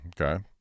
Okay